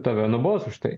tave nubaus už tai